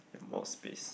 you have more space